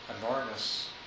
enormous